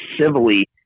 civilly